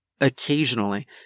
Occasionally